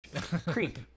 Creep